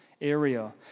area